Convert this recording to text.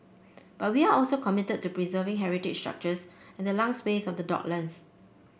but we are also committed to preserving heritage structures and the lung space of the docklands